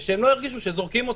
שהם ירגישו שמשתפים אותם,